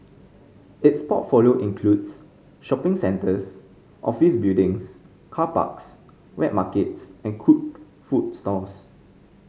its portfolio includes shopping centres office buildings car parks wet markets and cooked food stalls